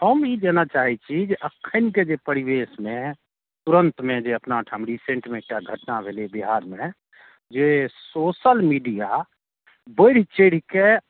हम ई जानय चाहैत छी कि एखनिके जे परिवेशमे तुरन्तमे जे अपना ओहिठाम रिसेंटमे जे एकटा घटना भेलै बिहारमे जे सोशल मीडिया बढ़ि चढ़ि कऽ